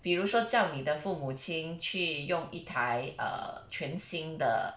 比如说教你的父母亲去用一台 err 全新的